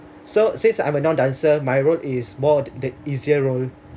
so since I'm a non dancer my role is more the easier role